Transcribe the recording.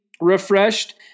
refreshed